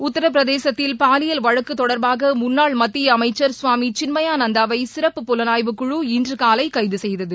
உத்திரபிரதேசத்தில் பாலியல் வழக்கு தொடர்பாக முன்னாள் மத்திய அமைச்சர் சுவாமி சின்மயானந்தாவை சிறப்பு புலனாய்வுக் குழு இன்று காலை கைது செய்தது